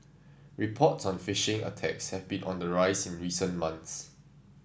reports on phishing attacks have been on the rise in recent months